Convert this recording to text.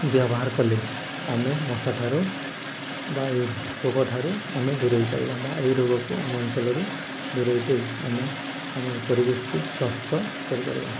ବ୍ୟବହାର କଲେ ଆମେ ମଶା ଠାରୁ ବା ଏ ରୋଗ ଠାରୁ ଆମେ ଦୂରେଇ ପାରିବା ବା ଏଇ ରୋଗକୁ ଆମ ଅଞ୍ଚଲରୁ ଦୂରେଇ ଦେଇ ଆମେ ଆମ ପରିବେଶକୁ ସ୍ୱାସ୍ଥ୍ୟ କରିପାରିବା